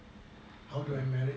how do I marry